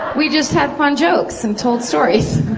we just had fun jokes and told stories.